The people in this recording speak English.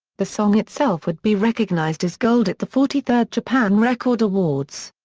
the song itself would be recognized as gold at the forty third japan record awards.